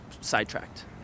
sidetracked